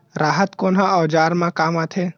राहत कोन ह औजार मा काम आथे?